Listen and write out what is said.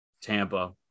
Tampa